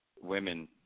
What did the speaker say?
women